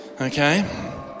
Okay